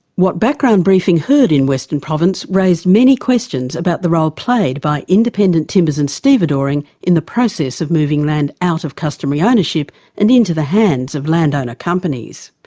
what background briefing heard in western province raised many questions about the role played by independent timbers and stevedoring in the process of moving land out of customary ah ownership and into the hands of landowner companies.